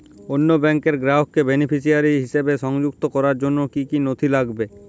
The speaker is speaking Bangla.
অন্য ব্যাংকের গ্রাহককে বেনিফিসিয়ারি হিসেবে সংযুক্ত করার জন্য কী কী নথি লাগবে?